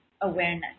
awareness